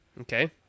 Okay